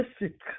basic